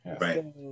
Right